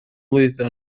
lwyddo